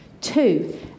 two